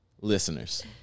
listeners